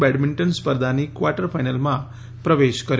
badminton સ્પર્ધાની quarter ફાઈનલમાં પ્રવેશ કર્યો છે